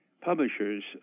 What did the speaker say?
publishers